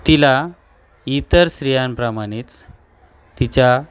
तिला इतर स्रियांप्रमाणेच तिच्या